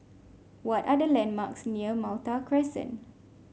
what are the landmarks near Malta Crescent